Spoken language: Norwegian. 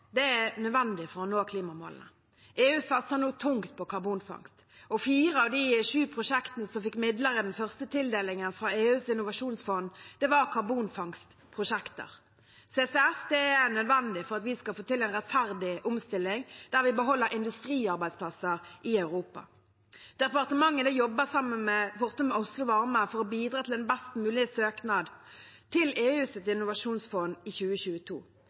er nødvendig for å nå klimamålene. EU satser nå tungt på karbonfangst, og fire av de sju prosjektene som fikk midler i den første tildelingen fra EUs innovasjonsfond, var karbonfangstprosjekter. CCS er nødvendig for at vi skal få til en rettferdig omstilling der vi beholder industriarbeidsplasser i Europa. Departementet jobber sammen med Fortum Oslo Varme for å bidra til en best mulig søknad til EUs innovasjonsfond i 2022.